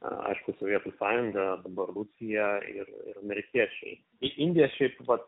aišku sovietų sąjunga dabar rusija ir amerikiečiai indija šiaip vat